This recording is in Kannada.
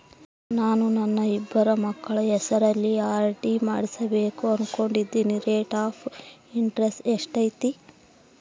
ನಾನು ನನ್ನ ಇಬ್ಬರು ಮಕ್ಕಳ ಹೆಸರಲ್ಲಿ ಆರ್.ಡಿ ಮಾಡಿಸಬೇಕು ಅನುಕೊಂಡಿನಿ ರೇಟ್ ಆಫ್ ಇಂಟರೆಸ್ಟ್ ಎಷ್ಟೈತಿ?